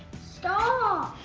stop.